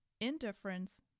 indifference